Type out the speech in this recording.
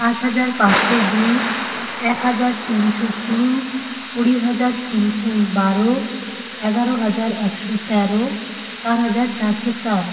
পাঁচ হাজার পাঁচশো দুই এক হাজার তিনশো তিন কুড়ি হাজার তিনশো বারো এগারো হাজার একশো তেরো চার হাজার চারশো চার